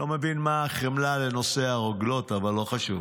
אני לא מבין מה החמלה לנושא הרוגלות, אבל לא חשוב.